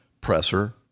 presser